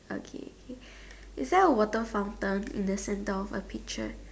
okay okay is there a water fountain in the centre of a picture